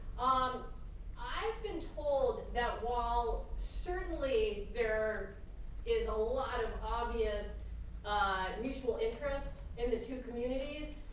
um i've been told that while certainly there is a lot of obvious mutual interest in the two communities,